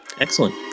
Excellent